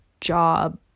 job